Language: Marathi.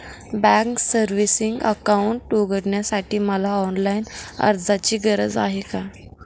बँकेत सेविंग्स अकाउंट उघडण्यासाठी मला ऑनलाईन अर्जाची गरज आहे का?